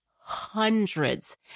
hundreds